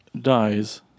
dies